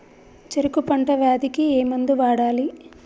చెరుకు పంట వ్యాధి కి ఏ మందు వాడాలి?